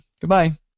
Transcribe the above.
Goodbye